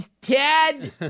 Ted